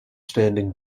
standing